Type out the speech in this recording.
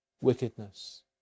wickedness